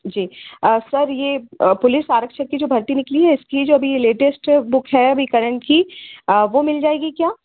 जी sir यह police आरक्षण की जो भर्ती निकली है इसकी जो अभी यह लेटेस्ट बुक है अभी करंट की वह मिल जाएगी क्या